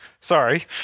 Sorry